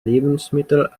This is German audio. lebensmittel